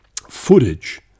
footage